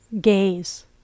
gaze